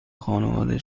خانواده